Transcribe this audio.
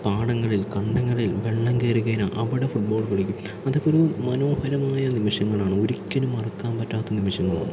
പാടങ്ങളിൽ കണ്ടങ്ങളിൽ വെള്ളം കയറിക്കഴിഞ്ഞാൽ അവിടെ ഫുട്ബോൾ കളിക്കും അതൊക്കെ ഒരു മനോഹരമായ നിമിഷങ്ങളാണ് ഒരിക്കലും മറക്കാൻ പറ്റാത്ത നിമിഷങ്ങളാണ്